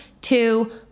two